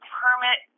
permit